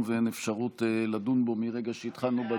ואין אפשרות לדון בו מרגע שהתחלנו בדיון.